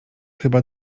chyba